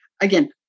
Again